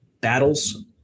battles